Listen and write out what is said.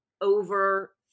over